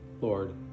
Lord